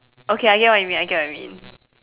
okay I get what you mean I get what you mean